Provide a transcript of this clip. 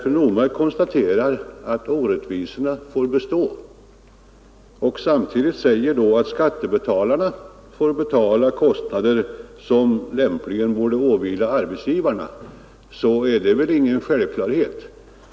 Fru Normark konstaterade att orättvisorna får bestå, men sade samtidigt att skattebetalarna får bära kostnader som lämpligen borde åvila arbetsgivarna; det är väl ingen självklarhet!